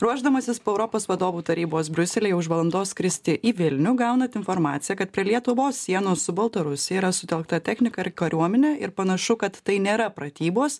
ruošdamasis po europos vadovų tarybos briuselyje už valandos skristi į vilnių gaunat informaciją kad prie lietuvos sienos su baltarusija yra sutelkta technika ir kariuomenė ir panašu kad tai nėra pratybos